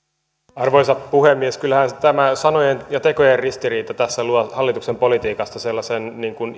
arvoisa puhemies kyllähän tämä sanojen ja tekojen ristiriita tässä luo hallituksen politiikasta sellaisen